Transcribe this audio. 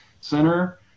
center